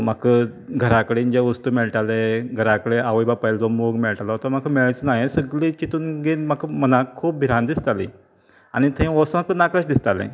म्हाक घरा कडेन जे वस्तू मेळटाले घरा कडेन आवय बापायलो मोग मेळटलो तो म्हाका मेळच् ना हें सगलें चिंतून बीन म्हाका खूब भिरांत दिसताली आनी थंय वोसोक नाकाशें दिसतालें